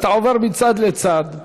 אתה עובר מצד לצד.